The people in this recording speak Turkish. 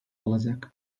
olacak